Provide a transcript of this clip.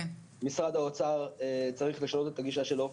משרד האוצר צריך לשנות את הגישה שלו.